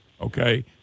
Okay